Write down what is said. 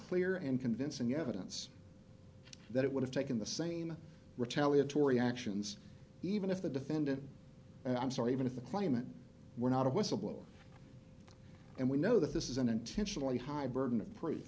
clear and convincing evidence that it would have taken the same retaliatory actions even if the defendant i'm sorry even if the claimant were not a whistleblower and we know that this is an intentional a high burden